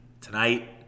tonight